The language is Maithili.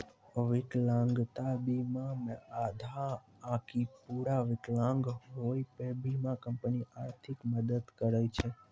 विकलांगता बीमा मे आधा आकि पूरा विकलांग होय पे बीमा कंपनी आर्थिक मदद करै छै